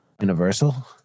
universal